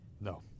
No